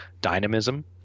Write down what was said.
dynamism